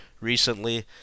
recently